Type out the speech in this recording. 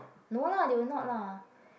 no lah they will not lah